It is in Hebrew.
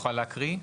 תוכל להקריא?